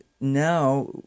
now